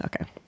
Okay